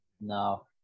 No